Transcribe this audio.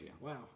Wow